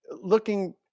looking